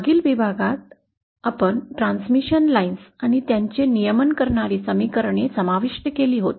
मागील विभागात आम्ही ट्रान्समिशन लाईन्स आणि त्यांचे नियमन करणारी समीकरणे समाविष्ट केली होती